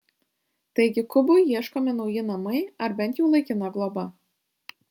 taigi kubui ieškomi nauji namai ar bent jau laikina globa